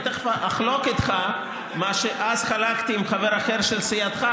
אני תכף אחלוק איתך את מה שאז חלקתי עם חבר אחר של סיעתך,